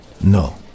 No